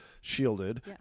shielded